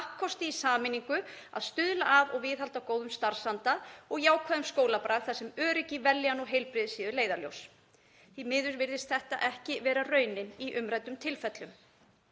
að stuðla að og viðhalda góðum starfsanda og jákvæðum skólabrag þar sem öryggi, vellíðan og heilbrigði séu leiðarljós. Því miður virðist þetta ekki vera raunin í umræddum tilfellum.